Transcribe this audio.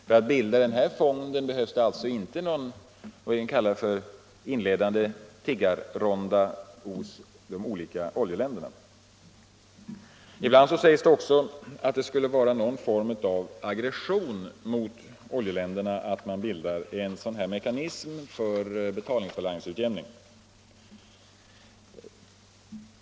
För att bilda denna fond behövs det alltså inte först någon inledande tiggarronda till de olika oljeländerna. Ibland sägs det också att det skulle vara någon form av aggression mot oljeländerna att bilda en sådan här mekanism för betalningsbalansutjämning.